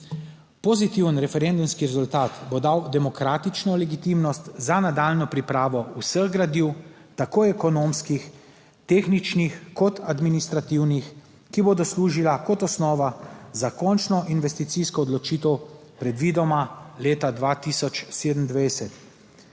Pozitiven referendumski rezultat bo dal demokratično legitimnost za nadaljnjo pripravo vseh gradiv, tako ekonomskih, tehničnih kot administrativnih, ki bodo služila kot osnova za končno investicijsko odločitev predvidoma leta 2027.